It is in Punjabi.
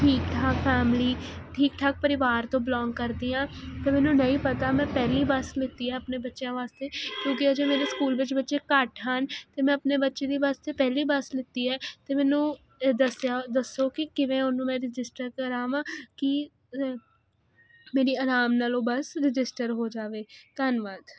ਠੀਕ ਠਾਕ ਫੈਮਲੀ ਠੀਕ ਠਾਕ ਪਰਿਵਾਰ ਤੋਂ ਬਿਲੋਂਗ ਕਰਦੀ ਹਾਂ ਅਤੇ ਮੈਨੂੰ ਨਹੀਂ ਪਤਾ ਮੈਂ ਪਹਿਲੀ ਬੱਸ ਲਿੱਤੀ ਆ ਆਪਣੇ ਬੱਚਿਆਂ ਵਾਸਤੇ ਕਿਉਂਕਿ ਅਜੇ ਮੈਨੂੰ ਸਕੂਲ ਵਿੱਚ ਬੱਚੇ ਘੱਟ ਹਨ ਅਤੇ ਮੈਂ ਆਪਣੇ ਬੱਚੇ ਦੀ ਵਾਸਤੇ ਪਹਿਲੀ ਬੱਸ ਲਿੱਤੀ ਹੈ ਅਤੇ ਮੈਨੂੰ ਇਹ ਦੱਸਿਆ ਦੱਸੋ ਕਿ ਕਿਵੇਂ ਉਹਨੂੰ ਮੈਂ ਰਜਿਸਟਰ ਕਰਾਵਾਂ ਕਿ ਮੇਰੀ ਆਰਾਮ ਨਾਲ ਉਹ ਬਸ ਰਜਿਸਟਰ ਹੋ ਜਾਵੇ ਧੰਨਵਾਦ